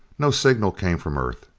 no signal came from earth.